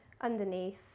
underneath